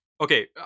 okay